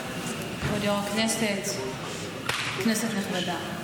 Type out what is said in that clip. הישיבה, כנסת נכבדה,